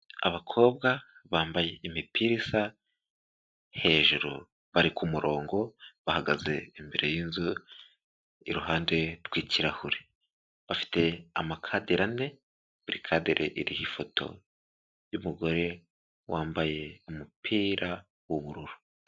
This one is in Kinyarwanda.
Abakobwa bambaye imipira isa hejuru bari ku murongo bahagaze imbere y'inzu iruhande rw'ikirahure bafite amakadere ane, buri cadere iriho ifoto y'umugore wambaye umupira w'ubururu.